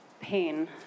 pain